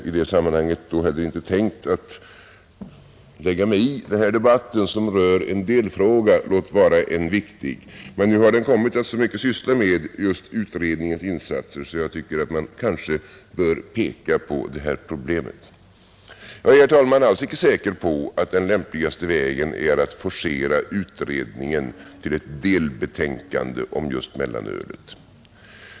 I det sammanhanget hade jag inte tänkt lägga mig i den här debatten, som rör en delfråga, låt vara en viktig. Men nu har debatten kommit att så mycket syssla med just utredningens insatser att jag tycker att man kanske bör peka på detta problem. Jag är, herr talman, alltså icke säker på att den lämpligaste vägen är att forcera utredningen till ett delbetänkande om just mellanölet.